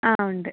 ആ ഉണ്ട്